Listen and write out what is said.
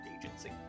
agency